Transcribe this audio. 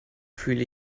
fühle